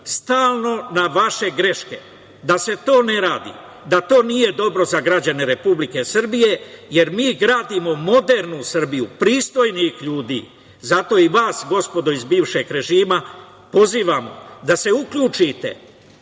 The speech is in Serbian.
stalno na vaše greške da se to ne radi, da to nije dobro za građane Republike Srbije jer mi gradimo modernu Srbiju pristojnih ljudi. Zato i vas, gospodo iz bivšeg režima, pozivam da se uključite